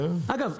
אגב,